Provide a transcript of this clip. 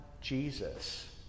Jesus